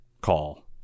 call